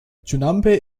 duschanbe